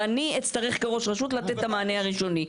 ואני אצטרך כראש רשות לתת את המענה הראשוני.